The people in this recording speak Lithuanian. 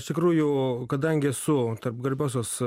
iš tikrųjų kadangi esu tarp garbiosios